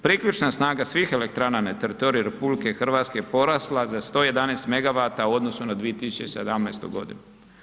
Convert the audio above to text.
Priključna snaga svih elektrana na teritoriju RH porasla za 111 megavata u odnosu na 2017. godinu.